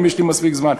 אם יש לי מספיק זמן,